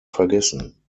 vergessen